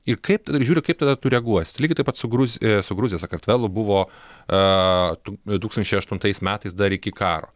ir kaip ir žiūri kaip tada tu reaguosi lygiai taip pat su gruzija gruzija sakartvelu buvo du tūkstančiai aštuntais metais dar iki karo